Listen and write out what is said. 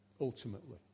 ultimately